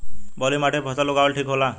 बलुई माटी पर फसल उगावल ठीक होला?